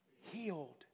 Healed